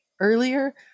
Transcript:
earlier